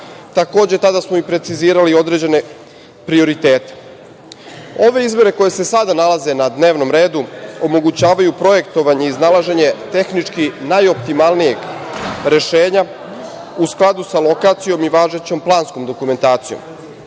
Takođe, tada smo precizirali i određene prioritete. Ove izmene koje se sada nalaze na dnevnom redu omogućavaju projektovanje i iznalaženje tehnički najoptimalnijeg rešenja, u skladu sa lokacijom i važećom planskom dokumentacijom.